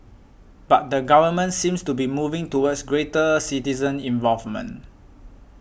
but the government seems to be moving towards greater citizen involvement